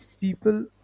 people